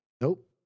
Nope